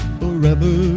forever